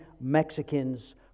Mexicans